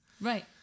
Right